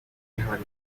behind